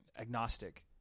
agnostic